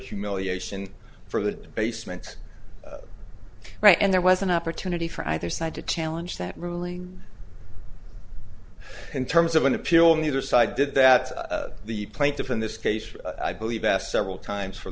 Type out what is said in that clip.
humiliation for the debasement right and there was an opportunity for either side to challenge that ruling in terms of an appeal on the other side did that the plaintiff in this case i believe asked several times for